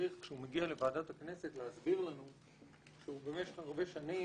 שצריך כשהוא מגיע לוועדת כנסת להסביר לנו שהוא במשך הרבה שנים